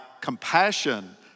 compassion